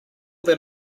that